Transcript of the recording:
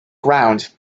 ground